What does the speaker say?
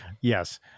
Yes